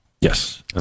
Yes